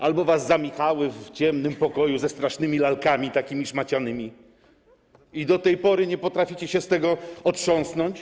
Albo was zamykały w ciemnym pokoju ze strasznymi lalkami, takimi szmacianymi i do tej pory nie potraficie się z tego otrząsnąć?